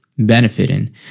benefiting